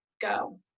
go